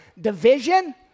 division